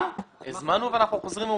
הזמנו ואנחנו חוזרים ומזמינים.